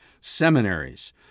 seminaries